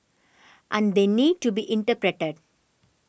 and they need to be interpreted